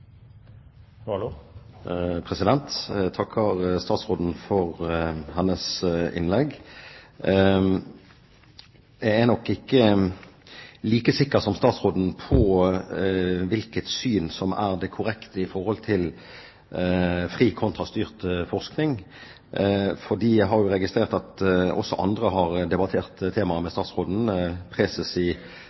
nok ikke like sikker som statsråden på hvilket syn som er det korrekte i forhold til fri kontra styrt forskning. Jeg har registrert at også andre har debattert temaet med statsråden. Preses i